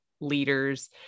leaders